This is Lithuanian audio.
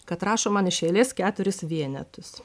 kad rašo man iš eilės keturis vienetus